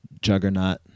juggernaut